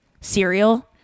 cereal